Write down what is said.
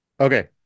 okay